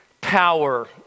power